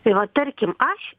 tai va tarkim aš